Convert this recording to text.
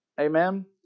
amen